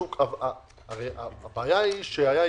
הבעיה היא שהיה הסגר.